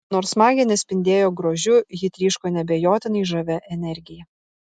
nors magė nespindėjo grožiu ji tryško neabejotinai žavia energija